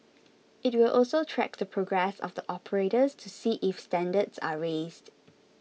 it will also track the progress of the operators to see if standards are raised